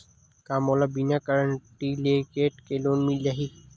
का मोला बिना कौंटलीकेट के लोन मिल जाही?